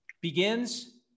begins